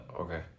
Okay